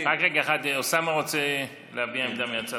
אוסאמה רוצה להביע עמדה מהצד.